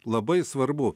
labai svarbu